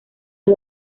las